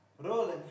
Rolling